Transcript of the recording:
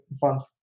funds